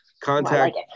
contact